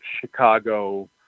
Chicago